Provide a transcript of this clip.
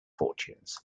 fortunes